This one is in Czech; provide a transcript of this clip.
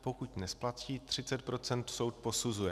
Pokud nesplatí 30 %, soud posuzuje.